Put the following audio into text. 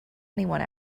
anyone